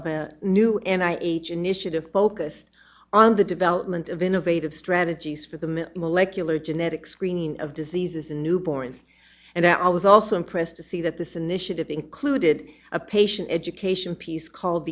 of a new and i h initiative focused on the development of innovative strategies for them in molecular genetics screening of diseases in newborns and i was also impressed to see that this initiative included a patient education piece called